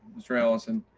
mr. alison.